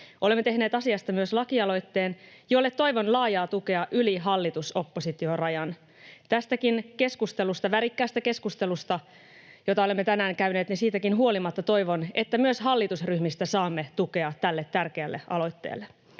Olemme tehneet asiasta myös lakialoitteen, jolle toivon laajaa tukea yli hallitus—oppositio-rajan. Tästäkin keskustelusta, värikkäästä keskustelusta, jota olemme tänään käyneet, huolimatta toivon, että myös hallitusryhmistä saamme tukea tälle tärkeälle aloitteelle.